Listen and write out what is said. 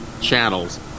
channels